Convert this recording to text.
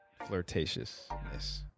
flirtatiousness